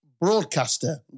broadcaster